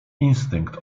instynkt